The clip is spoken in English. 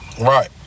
Right